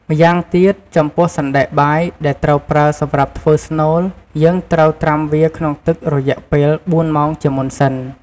ម្យ៉ាងទៀត ចំពោះសណ្ដែកបាយដែលត្រូវប្រើសម្រាប់ធ្វើស្នូល យើងត្រូវត្រាំវាក្នុងទឹករយៈពេល៤ម៉ោងជាមុនសិន។